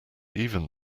even